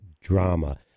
drama